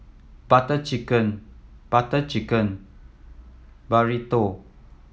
Butter Chicken Butter Chicken Burrito